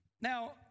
Now